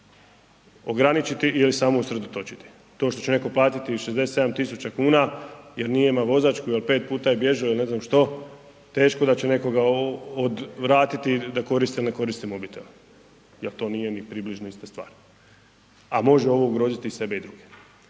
ograničiti ili samo se usredotočiti. To što će netko platiti 67 tisuća kuna jer nije imao vozačku jer 5 puta je bježao ili ne znam što, teško da će nekoga odvratiti da koristi ili ne koristi mobitel jer to nije ni približno ista stvar, a može ovo ugroziti i sebe i druge.